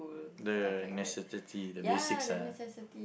the necessity the basics ah